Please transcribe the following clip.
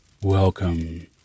Welcome